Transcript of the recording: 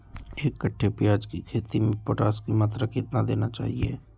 एक कट्टे प्याज की खेती में पोटास की मात्रा कितना देना चाहिए?